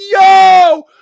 Yo